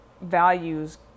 values